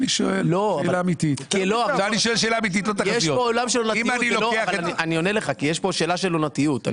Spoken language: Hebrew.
יש פה שאלה של עונתיות.